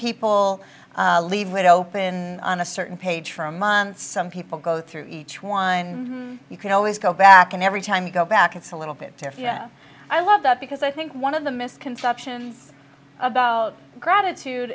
people leave it open on a certain page for a month some people go through each one you can always go back and every time you go back it's a little bit i love that because i think one of the misconceptions about gratitude